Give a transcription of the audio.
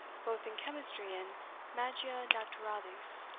both in chemistry and magia naturalis.